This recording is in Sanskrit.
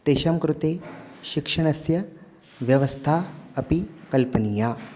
तेषां कृते शिक्षणस्य व्यवस्था अपि कल्पनीया